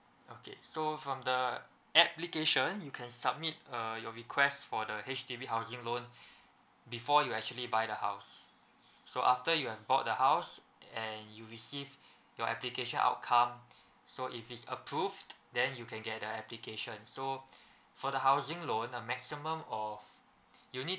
okay so from the application you can submit uh your request for the H_D_B housing loan before you actually buy the house so after you have bought the house and you receive your application outcome so if it's approved then you can get the application so for the housing loan a maximum of you need